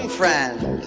friend